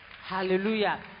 Hallelujah